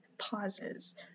pauses